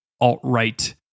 alt-right